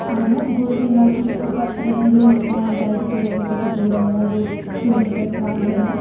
ఆయన గోల్కొండకి ఒక రెండు పాయింట్ అయిదు కిలోమీటర్ల దూరం మూడు కిలోమీటర్లు ప్రాంతంలో